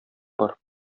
бар